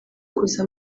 kuza